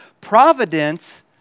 Providence